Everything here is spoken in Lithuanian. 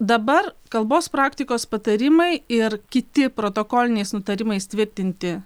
dabar kalbos praktikos patarimai ir kiti protokoliniais nutarimais tvirtinti